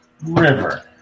River